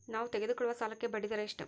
ನಾವು ತೆಗೆದುಕೊಳ್ಳುವ ಸಾಲಕ್ಕೆ ಬಡ್ಡಿದರ ಎಷ್ಟು?